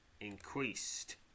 increased